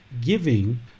giving